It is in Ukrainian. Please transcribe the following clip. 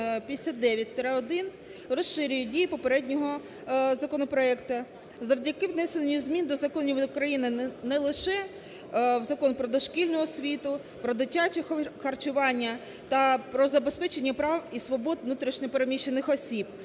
3459-1 розширює дію попереднього законопроекту завдяки внесенню змін до законів України, не лише в Закон "Про дошкільну освіту", "Про дитяче харчування" та "Про забезпечення прав і свобод внутрішньо переміщених осіб",